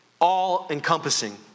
all-encompassing